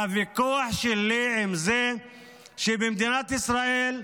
הוויכוח שלי הוא עם זה שבמדינת ישראל,